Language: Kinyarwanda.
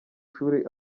shuri